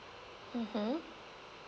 mmhmm